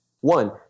One